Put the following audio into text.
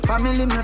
Family